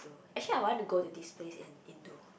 actually I want to go to this place in Indo